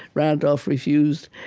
randolph refused,